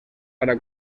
para